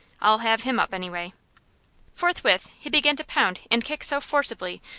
i'll have him up, anyway. forthwith he began to pound and kick so forcibly,